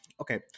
okay